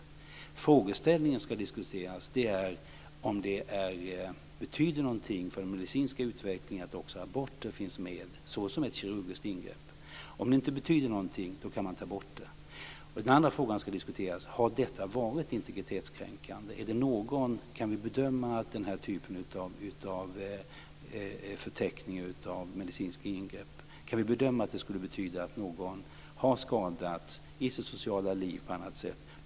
Den frågeställning som ska diskuteras är ifall det betyder någonting för den medicinska utvecklingen att också aborter finns med såsom ett kirurgiskt ingrepp. Om det inte betyder någonting kan man ta bort det. Den andra frågan som ska diskuteras är: Har detta varit integritetskränkande? Kan vi bedöma att den här typen av förteckning över medicinska ingrepp har betytt att någon har skadats i sitt sociala liv eller på annat sätt?